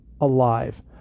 alive